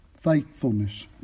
faithfulness